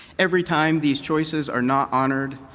every time these voices are not honored,